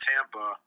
Tampa